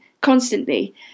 constantly